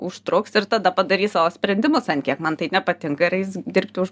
užtruks ir tada padarys savo sprendimus ant kiek man tai nepatinka ir eis dirbti už